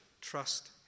trust